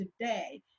today